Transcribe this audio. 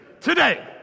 today